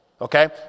Okay